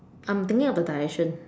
I'm thinking of the direction